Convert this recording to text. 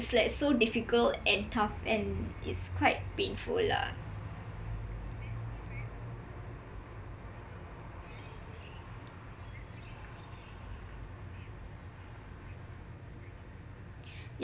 so difficult and tough and it's quite painful lah